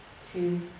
two